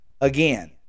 again